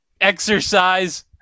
exercise